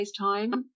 FaceTime